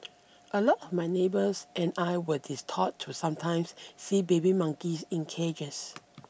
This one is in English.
a lot of my neighbours and I were distraught to sometimes see baby monkeys in cages